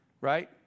right